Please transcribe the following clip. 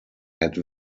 had